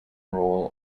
roll